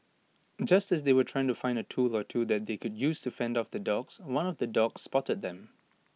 just as they were trying to find A tool or two that they could use to fend off the dogs one of the dogs spotted them